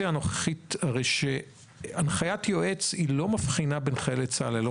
נניח שיש לנו הסדר לגבי חללי צה"ל בחוק והסדר